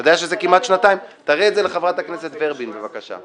תראה את זה לחברת הכנסת ורבין, בבקשה.